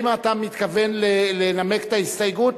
האם אתה מתכוון לנמק את ההסתייגות?